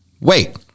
wait